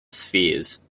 spheres